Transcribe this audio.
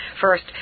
First